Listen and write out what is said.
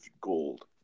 gold